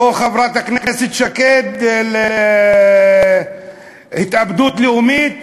או חברת הכנסת שקד להתאבדות לאומית,